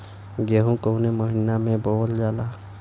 गेहूँ कवने महीना में बोवल जाला?